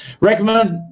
Recommend